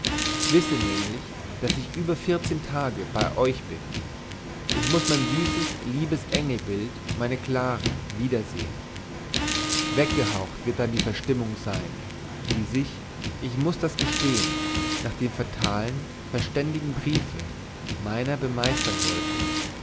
wisse nämlich daß ich über vierzehn tage bei euch bin ich muß mein süßes liebes engelsbild meine clara wiedersehen weggehaucht wird dann die verstimmung sein die sich ich muß das gestehen nach dem fatalen verständigen briefe meiner bemeistern wollte